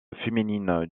féminine